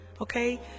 okay